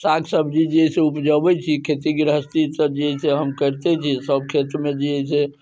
साग सब्जी जे है से उपजबै छी खेती गृहस्थी जे है से हम करिते छी सब खेतमे जे है से